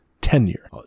tenure